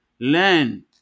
Learn